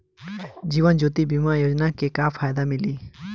जीवन ज्योति बीमा योजना के का फायदा मिली?